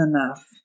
enough